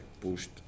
pushed